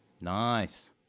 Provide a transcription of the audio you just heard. nice